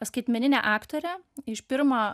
skaitmeninę aktorę iš pirmo